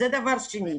זה דבר שני.